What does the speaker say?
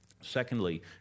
secondly